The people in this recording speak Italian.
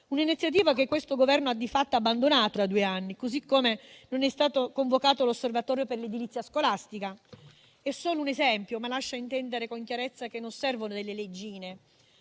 un'iniziativa che questo Governo ha di fatto abbandonato da due anni, così come non è stato convocato l'Osservatorio per l'edilizia scolastica. È solo un esempio, ma lascia intendere con chiarezza che non servono delle leggine,